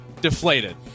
deflated